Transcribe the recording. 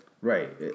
Right